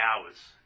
hours